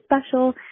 special